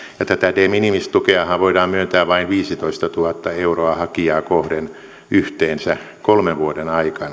ja tätä de minimis tukeahan voidaan myöntää vain viisitoistatuhatta euroa hakijaa kohden yhteensä kolmen vuoden